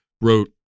wrote